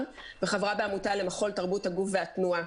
וחברה בעמותה למחול תרבות הגוף והתנועה.